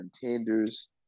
contenders